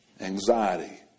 anxiety